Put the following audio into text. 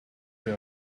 they